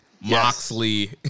Moxley